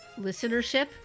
listenership